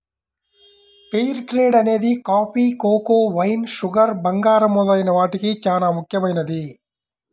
fair trade అనేది coffee, cocoa, wine, sugar, బంగారం మొదలైన వాటికి చానా ముఖ్యమైనది